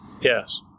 Yes